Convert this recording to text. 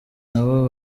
nabo